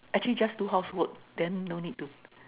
actually just do housework then don't need to